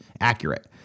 accurate